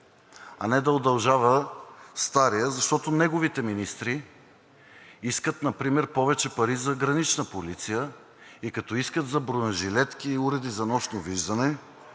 а не да удължава стария, защото неговите министри искат например повече пари за Гранична полиция и като искат за бронежилетки и уреди за нощно виждане,